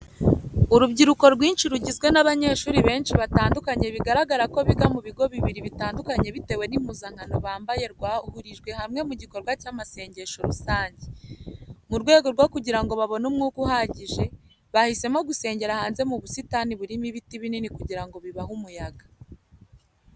Urubyiruko rwinshi rugizwe n'abanyeshuri benshi batandukanye bigaragara ko biga ku bigo bibiri bitandukanye bitewe n'impuzankano bambaye rwahurijwe hamwe mu gikorwa cy'amasengesho rusange. Mu rwego rwo kugira ngo babone umwuka uhagije, bahisemo gusengera hanze mu busitani burimo ibiti binini kugira ngo bibahe umuyaga.